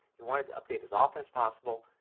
you want it to update as often as possible.